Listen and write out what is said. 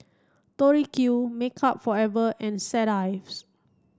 Tori Q Makeup Forever and Set Ives